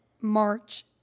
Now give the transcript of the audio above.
March